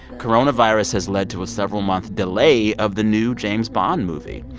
coronavirus has led to a several-month delay of the new james bond movie.